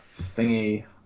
thingy